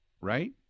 Right